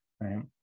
right